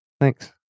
Thanks